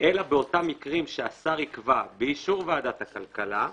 אלא באותם מקרים שהשר יקבע, באישור ועדת הכלכלה,